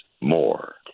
more